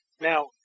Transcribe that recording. Now